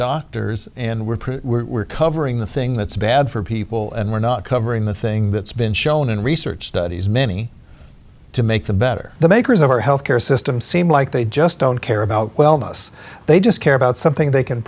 doctors and we're pretty we're covering the thing that's bad for people and we're not covering the thing that's been shown in research studies many to make them better the makers of our health care system seem like they just don't care about wellness they just care about something they can